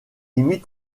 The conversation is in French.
imitent